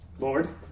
Lord